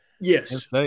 Yes